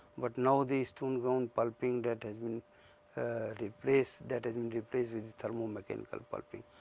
but now, the stone ground pulping that has been replaced, that has been replaced with the thermo mechanical pulping.